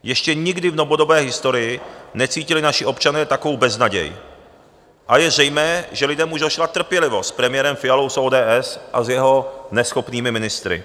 Ještě nikdy v novodobé historii necítili naši občané takovou beznaděj a je zřejmé, že lidem už došla trpělivost s premiérem Fialou z ODS a s jeho neschopnými ministry.